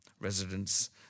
Residents